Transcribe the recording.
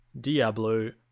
Diablo